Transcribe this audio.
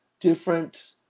different